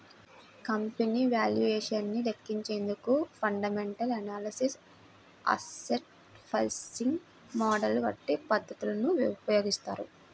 company valuation ను లెక్కించేందుకు fundamental analysis, asset pricing model వంటి పద్ధతులను ఉపయోగిస్తారు